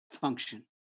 function